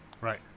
right